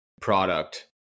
product